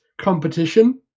competition